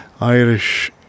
Irish